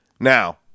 Now